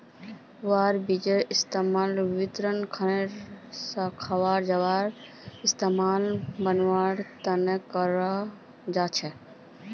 यहार बीजेर इस्तेमाल व्रतेर खुना खवा जावा वाला सामान बनवा तने कराल जा छे